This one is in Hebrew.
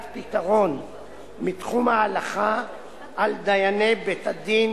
פתרון מתחום ההלכה על דייני בית-הדין